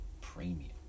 premium